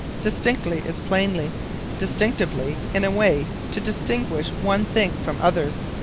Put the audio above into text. distinctly is plainly distinctively, in a way to distinguish one thing from others.